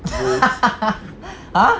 !huh!